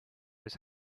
his